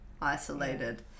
isolated